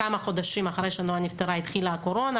כמה חודשים אחרי שנועה נפטרה התחילה הקורונה,